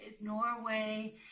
Norway